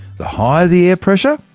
the higher the air pressure,